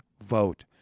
vote